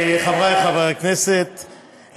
חברי חברי הכנסת,